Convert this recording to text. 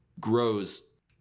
grows